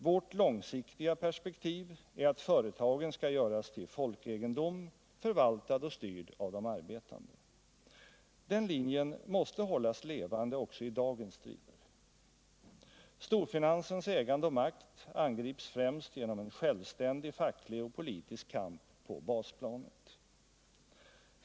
Vårt långsiktiga perspektiv är att företagen skall göras till folkegendom, förvaltad och styrd av de arbetande. Den linjen måste hållas levande också i dagens strider. Storfinansens ägande och makt angrips främst genom en självständig facklig och politisk kamp på basplanet.